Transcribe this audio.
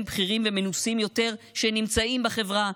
בכירים ומנוסים יותר שנמצאים בחברה,